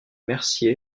mercier